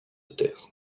taire